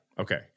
Okay